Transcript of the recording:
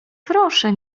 proszę